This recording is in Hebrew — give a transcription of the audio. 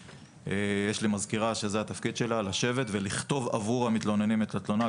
יש לי מזכירה שהתפקיד שלה הוא לשבת ולכתוב עבור המתלוננים את התלונה,